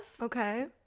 Okay